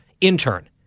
intern